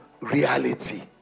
reality